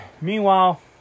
Meanwhile